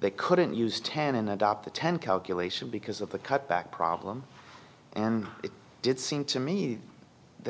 they couldn't use ten and adopt the ten calculation because of the cut back problem and it did seem to me that